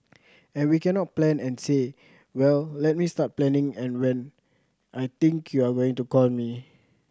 and we cannot plan and say well let me start planning and when I think you are going to call me